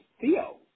Theo